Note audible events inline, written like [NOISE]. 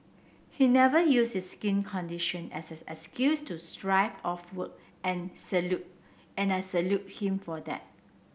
he never use his skin condition as an excuse to [UNINTELLIGIBLE] off work and salute and I salute him for that